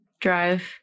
drive